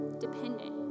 dependent